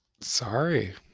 sorry